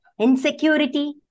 insecurity